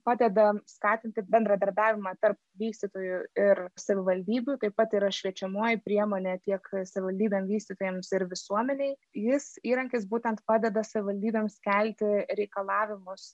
padeda skatinti bendradarbiavimą tarp vystytojų ir savivaldybių taip pat yra šviečiamoji priemonė tiek savivaldybėm vystytojams ir visuomenei jis įrankis būtent padeda savivaldybėms kelti reikalavimus